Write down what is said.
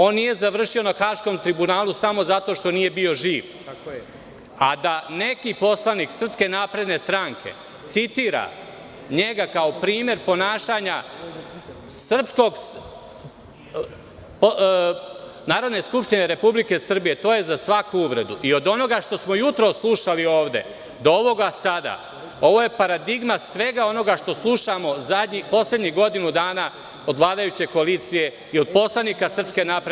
On nije završio na Haškom tribunalu samo zato što nije bio živ, a da neki poslanik SNS citira njega kao primer ponašanja Narodne Skupštine Republike Srbije, to je za svaku uvredu i od onoga što smo jutros slušali ovde do ovoga sada, ovo je paradigma svega onoga što slušamo poslednjih godinu dana od vladajuće koalicije i od poslanika SNS.